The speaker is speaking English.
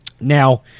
Now